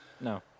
No